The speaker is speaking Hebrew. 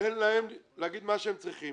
תן להם להגיד מה שהם צריכים